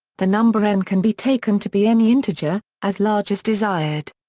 the number n can be taken to be any integer, as large as desired.